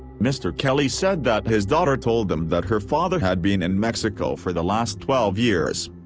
mr. kelly said that his daughter told them that her father had been in mexico for the last twelve years.